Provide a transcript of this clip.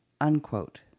Unquote